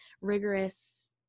rigorous